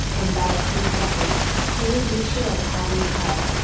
and that if he kept it, he would be sure of having health,